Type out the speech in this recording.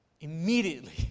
Immediately